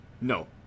No